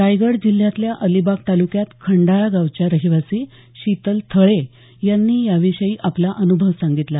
रायगड जिल्ह्यातल्या अलिबाग तालुक्यात खंडाळा गावाच्या रहिवासी शितल थळे यांनी याविषयी आपला अन्भव सांगितला